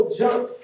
jump